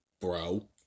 Bro